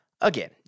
Again